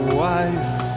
wife